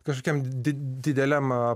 kažokiam dideliam